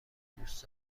دوست